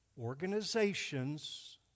organizations